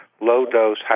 low-dose